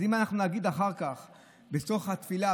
אז אם אנחנו נגיד אחר כך בתוך התפילה: